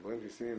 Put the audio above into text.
הדברים ישימים,